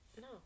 No